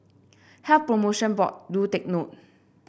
Health Promotion Board do take note